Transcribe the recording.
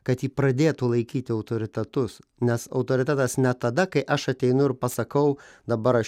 kad jį pradėtų laikyti autoritetus nes autoritetas ne tada kai aš ateinu ir pasakau dabar aš